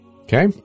Okay